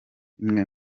imwe